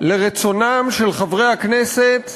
לרצונם של חברי הכנסת